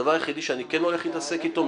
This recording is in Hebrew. הדבר היחידי שאני כן הולך להתעסק איתו,